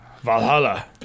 Valhalla